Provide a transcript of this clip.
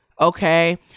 Okay